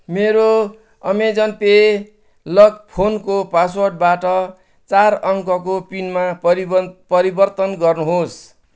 मेरो Amazon pay lock फोनको पासवर्डबाट चार अङ्कको पिनमा परिबन परिवर्तन गर्नुहोस्